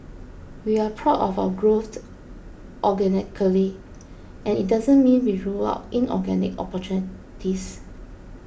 we're proud of our growth organically and it doesn't mean we rule out inorganic opportunities